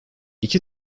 i̇ki